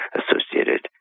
associated